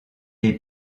est